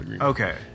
Okay